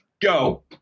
Go